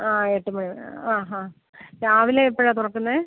ആ എട്ട് മണി വരെ ആ ഹാ രാവിലെ എപ്പോഴാ തുറക്കുന്നത്